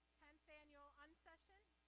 tenth annual unsession.